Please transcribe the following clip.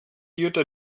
jutta